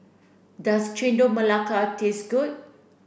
does Chendol Melaka taste good